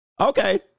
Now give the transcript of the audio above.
Okay